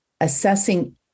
assessing